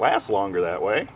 last longer that way